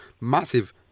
massive